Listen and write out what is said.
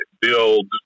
build